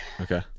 Okay